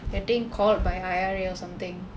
getting called by I_R_A or something